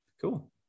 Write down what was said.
cool